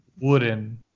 wooden